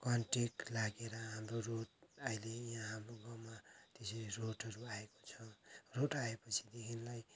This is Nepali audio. कन्ट्रयाक्ट लागेर हाम्रो रोड अहिले यहाँ हाम्रो गाँउमा त्यसरी रोडहरू आएको छ रोड आएपछि देखिन्लाई